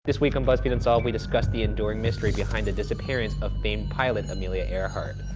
this week on buzzfeed unsolved we discuss the enduring mystery behind the disappearance of famed pilot amelia earhart.